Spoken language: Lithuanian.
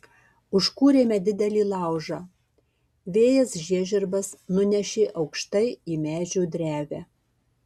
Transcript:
užkūrėme didelį laužą vėjas žiežirbas nunešė aukštai į medžio drevę